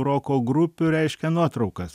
roko grupių reiškia nuotraukas